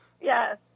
yes